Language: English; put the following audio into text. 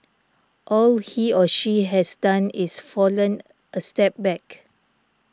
all he or she has done is fallen a step back